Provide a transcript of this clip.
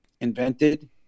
invented